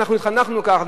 ואנחנו התחנכנו כך,